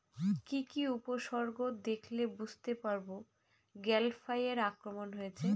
কি কি উপসর্গ দেখলে বুঝতে পারব গ্যাল ফ্লাইয়ের আক্রমণ হয়েছে?